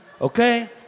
Okay